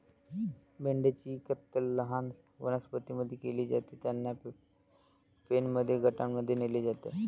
मेंढ्यांची कत्तल लहान वनस्पतीं मध्ये केली जाते, त्यांना पेनमध्ये गटांमध्ये नेले जाते